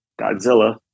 Godzilla